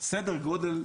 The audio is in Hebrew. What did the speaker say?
בסביבות חודש